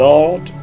Lord